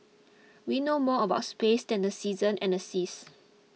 we know more about space than the seasons and seas